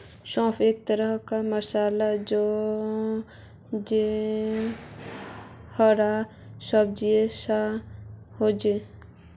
सौंफ एक तरह कार मसाला छे जे हरा बीजेर सा होचे